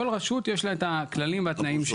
כל רשות, יש לה את הכללים והתנאים שלה.